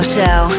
Show